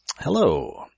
Hello